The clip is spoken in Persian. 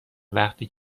وقتی